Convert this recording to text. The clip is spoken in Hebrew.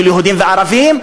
של יהודים וערבים?